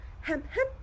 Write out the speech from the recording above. hem-hem